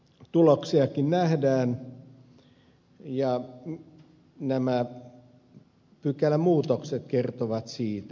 tuloksiakin nähdään ja nämä pykälämuutokset kertovat siitä